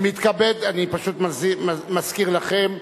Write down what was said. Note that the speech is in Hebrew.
אני מתכבד, אני פשוט מזכיר לכם.